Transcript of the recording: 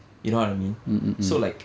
you know what I mean so like